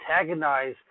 antagonize